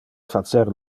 facer